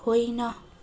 होइन